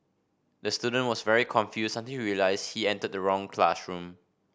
the student was very confused until he realized he entered the wrong classroom